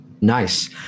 Nice